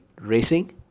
racing